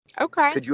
Okay